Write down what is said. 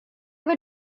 were